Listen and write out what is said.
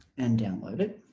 and download it